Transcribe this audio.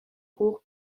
hoch